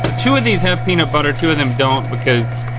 two of these have peanut butter, two of them don't because